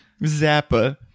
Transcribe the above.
Zappa